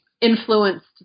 influenced